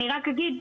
אני רק אגיד,